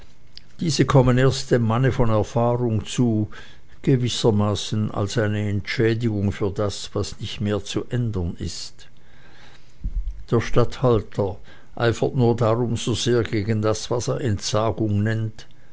diese kommen erst dem manne von erfahrung zu gewissermaßen als eine entschädigung für das was nicht mehr zu ändern ist der statthalter eifert nur darum so sehr gegen das was er entsagung nennt